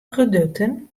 produkten